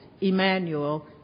Emmanuel